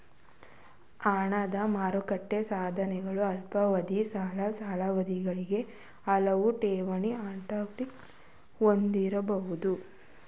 ಹಣದ ಮಾರುಕಟ್ಟೆ ಸಾಧನಗಳು ಅಲ್ಪಾವಧಿಯ ಸಾಲ ಸಾಧನಗಳಾಗಿವೆ ಅವುಗಳು ಠೇವಣಿ ಅಕೌಂಟ್ಗಳನ್ನ ಹೊಂದಿರಬಹುದು